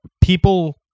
people